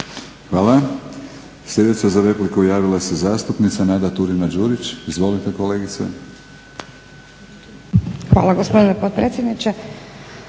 Hvala. Sljedeća za repliku javila se zastupnica Nada Turina-Đurić. Izvolite kolegice. **Turina-Đurić,